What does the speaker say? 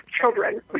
children